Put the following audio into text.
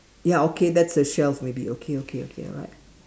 ya okay that's a shelf maybe okay okay okay alright